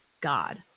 god